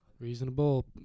Reasonable